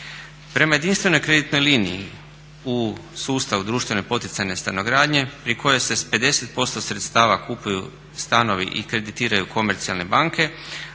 Prema jedinstvenoj kreditnoj liniji u sustavu društvene poticajne stanogradnje pri kojoj se sa 50% sredstava kupuju stanovi i kreditiraju komercijalne banke